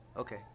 Okay